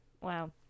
Wow